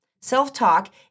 Self-talk